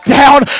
down